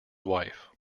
wife